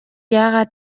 яагаад